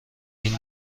این